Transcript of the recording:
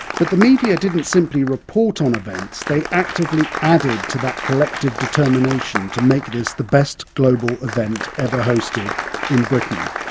but the media didn't simply report on events, they actively added to that collective determination to make this the best global event ever hosted in britain.